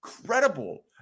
incredible